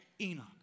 Enoch